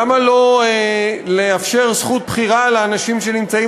למה לא לאפשר זכות בחירה לאנשים שנמצאים